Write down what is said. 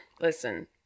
listen